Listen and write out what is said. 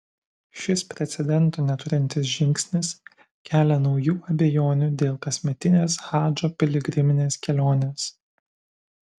šis precedento neturintis žingsnis kelia naujų abejonių dėl kasmetinės hadžo piligriminės kelionės